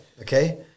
Okay